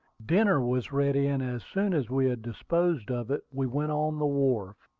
dinner was ready, and as soon as we had disposed of it we went on the wharf.